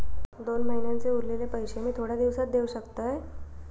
दोन महिन्यांचे उरलेले पैशे मी थोड्या दिवसा देव शकतय?